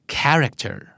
Character